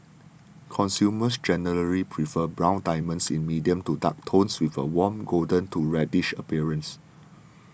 consumers generally prefer brown diamonds in medium to dark tones with a warm golden to reddish appearance